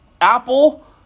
Apple